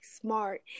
smart